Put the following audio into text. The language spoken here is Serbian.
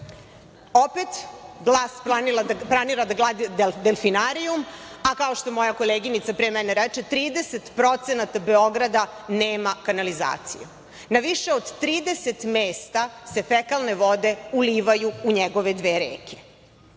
vlast planira da gradi delfinarijum, a kao što moja koleginica pre mene reče – 30% Beograda nema kanalizaciju. Na više od 30 mesta se fekalne vode ulivaju u njegove dve